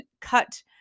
cut